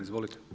Izvolite.